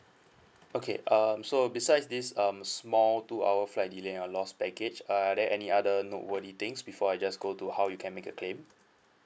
okay um so besides this um small two our flight delay and your lost baggage uh are there any other things before I just go to how you can make a claim